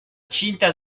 cinta